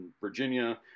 Virginia